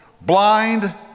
blind